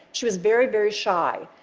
she was very, very shy.